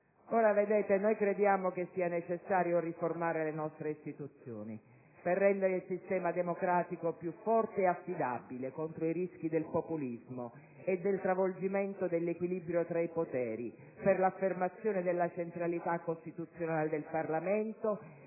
Vedete, noi crediamo sia necessario riformare le nostre istituzioni per rendere il sistema democratico più forte e affidabile, contro i rischi del populismo e del travolgimento dell'equilibrio tra i poteri, per l'affermazione della centralità costituzionale del Parlamento